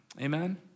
Amen